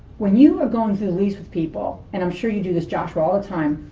when you are going through the lease with people, and i'm sure you do this, joshua, all the time,